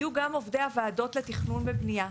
יהיו גם עובדי הוועדות לתכנון ובנייה.